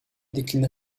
déclina